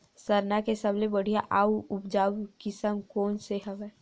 सरना के सबले बढ़िया आऊ उपजाऊ किसम कोन से हवय?